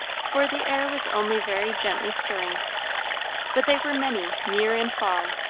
for the air was only very gently stirring but they were many, near and far,